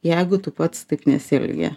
jeigu tu pats taip nesielgi